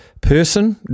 person